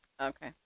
Okay